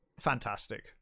Fantastic